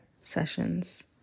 sessions